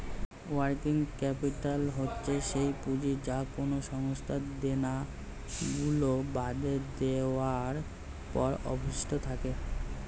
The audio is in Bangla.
ওয়ার্কিং ক্যাপিটাল হচ্ছে সেই পুঁজি যা কোনো সংস্থার দেনা গুলো বাদ দেওয়ার পরে অবশিষ্ট থাকে